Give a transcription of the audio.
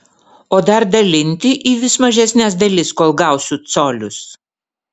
o dar dalinti į vis mažesnes dalis kol gausiu colius